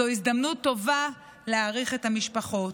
זו הזדמנות טובה להעריך את המשפחות.